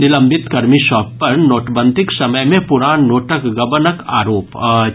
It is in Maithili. निलंबित कर्मी सभ पर नोटबंदीक समय मे पुरान नोटक गबनक आरोप अछि